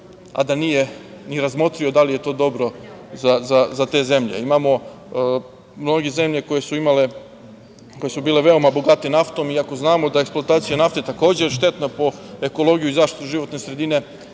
a da nije ni razmotrio da li je to dobro za te zemlje. Imamo mnoge zemlje koje su bile veoma bogate naftom, i ako znamo da eksploatacija nafte takođe štetna po ekologiju i zaštitu životne sredine,